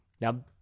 Now